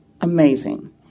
amazing